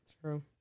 true